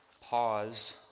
pause